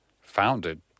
founded